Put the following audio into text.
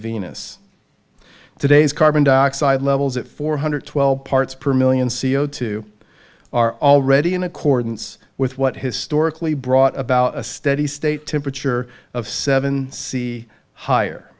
venus today's carbon dioxide levels at four hundred twelve parts per million c o two are already in accordance with what historically brought about a steady state temperature of seven c higher